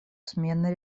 смены